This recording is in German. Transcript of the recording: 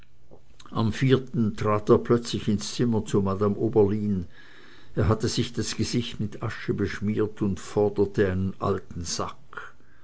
am trat er plötzlich ins zimmer zu madame oberlin er hatte sich das gesicht mit asche beschmiert und forderte einen alten sack